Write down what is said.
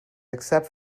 except